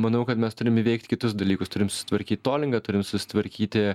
manau kad mes turim įveikt kitus dalykus turime susitvarkyt tolingą turim susitvarkyti